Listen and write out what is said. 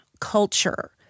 culture